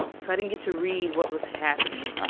so i didn't get to read what was happening.